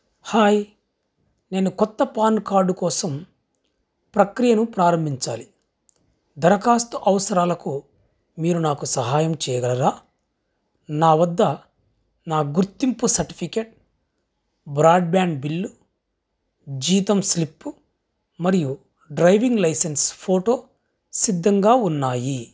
hi నేను కొత్త PAN card కోసం ప్రక్రియను ప్రారంభించాలి దరఖాస్తు అవసరాలకు మీరు నాకు సహాయం చేయగలరా నా వద్ద నా గుర్తింపు సర్టిఫికేట్ బ్రాడ్బ్యాండ్ బిల్లు జీతం స్లిప్పు మరియు డ్రైవింగ్ లైసెన్స్ ఫోటో సిద్ధంగా ఉన్నాయి